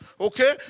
okay